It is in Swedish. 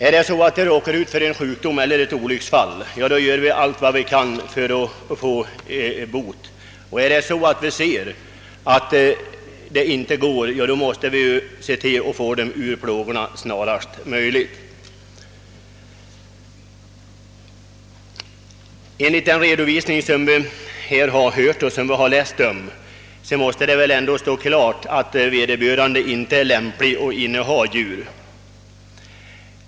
Om de råkar ut för sjukdom eller olycksfall gör vi allt vad vi kan för att de skall få bot, och om vi ser att det inte går, söker vi befria dem från plågorna så snart som möjligt. Enligt de redovisningar för det aktuella fallet som vi här hört och som vi läst på annat håll måste det stå klart att vederbörande inte är lämplig att inneha djur.